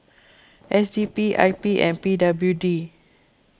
S D P I P and P W D